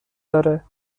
داره